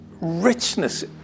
richness